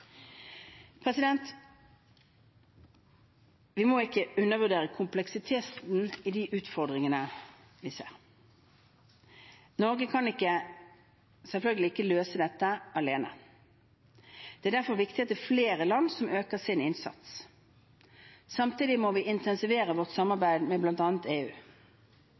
Vi må ikke undervurdere kompleksiteten i de utfordringene vi ser. Norge kan selvfølgelig ikke løse dette alene. Det er derfor viktig at det er flere land som øker sin innsats. Samtidig må vi intensivere vårt samarbeid med bl.a. EU.